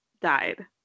died